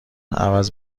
عوض